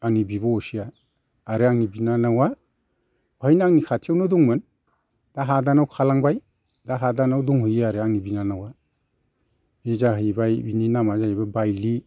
आंनि बिब' असेया आरो आंनि बिनानावआ बहायनो आंनि खाथियावनो दंमोन दा हादानाव खारलांबाय दा हादानाव दंहैयो आरो आंनि बिनानावआ बि जाहैबाय बिनि नामा जाहैबाय बायलि